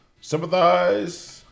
sympathize